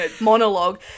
monologue